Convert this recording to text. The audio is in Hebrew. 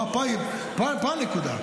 פה הנקודה.